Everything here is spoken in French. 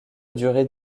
durée